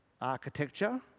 architecture